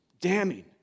Damning